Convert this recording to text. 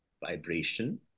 vibration